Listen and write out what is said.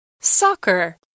Soccer